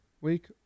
week